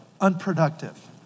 unproductive